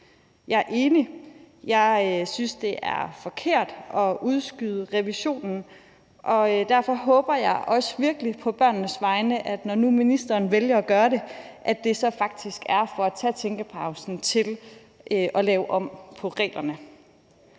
Jeg er enig. Jeg synes, det er forkert at udskyde revisionen, og derfor håber jeg også virkelig på børnenes vegne, at når nu ministeren vælger at gøre det, så er det faktisk for at tage tænkepausen til at lave om på reglerne.